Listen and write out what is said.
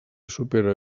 supera